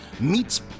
meets